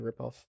ripoff